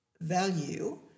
value